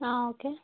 ആ ഓക്കെ